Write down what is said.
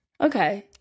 Okay